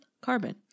carbon